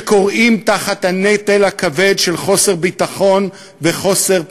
שכורעים תחת הנטל הכבד של חוסר ביטחון וחוסר פרנסה,